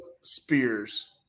spears